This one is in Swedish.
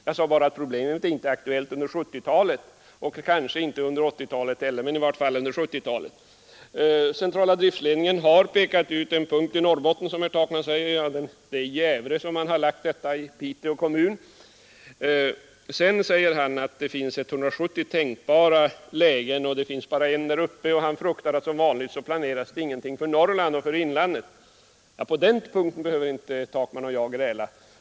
Jag sade bara att problemet är inte aktuellt under 1970-talet och kanske inte under 1980-talet heller. Och jag upprepar att i vart fall är det inte aktuellt under 1970-talet. Centrala driftledningen har pekat ut en punkt i Norrbotten, som herr Takman säger. Det är Jävre i Piteå kommun. Sedan säger herr Takman att det finns 170 tänkbara lägen men alltså bara en punkt som är utpekad där uppe, och herr Takman fruktar att som vanligt planeras det ingenting för Norrland och för inlandet. Ja, på den punkten behöver inte herr Takman och jag gräla.